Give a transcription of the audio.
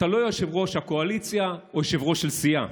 אתה לא יושב-ראש הקואליציה או יושב-ראש של סיעה.